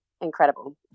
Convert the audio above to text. incredible